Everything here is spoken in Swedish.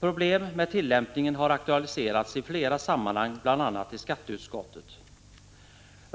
Problem med tillämpningen har aktualiserats i flera sammanhang, bl.a. i skatteutskottet.